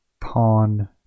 pawn